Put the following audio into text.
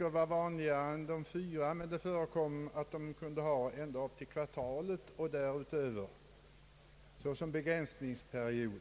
Oftast behövdes sex veckor, men även ett kvartal och däröver förekom som begränsningsperiod,